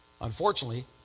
Unfortunately